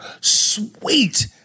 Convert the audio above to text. Sweet